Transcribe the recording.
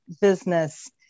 business